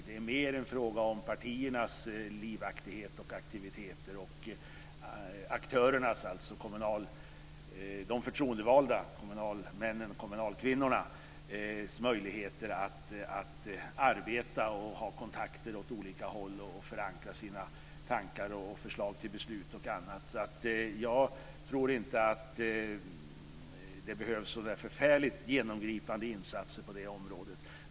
Det är mer en fråga om partiernas livaktighet och aktiviteter, de förtroendevalda kommunalmännens och kommunalkvinnornas möjligheter att arbeta och ha kontakter åt olika håll och förankra sina tankar och förslag till beslut. Jag tror inte att det behövs så där förfärligt genomgripande insatser på det området.